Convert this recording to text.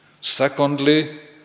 Secondly